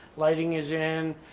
lighting is in.